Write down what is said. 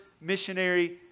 missionary